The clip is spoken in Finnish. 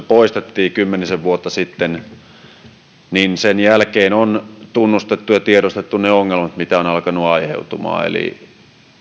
poistettiin kymmenisen vuotta sitten sen jälkeen on tunnustettu ja tiedostettu ne ongelmat mitä on alkanut aiheutumaan eli